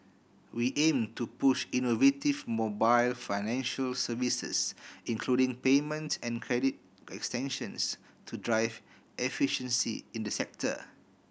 we aim to push innovative mobile financial services including payment and credit extensions to drive efficiency in the sector